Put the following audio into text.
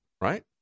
right